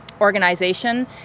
organization